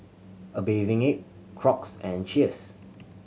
A Bathing Ape Crocs and Cheers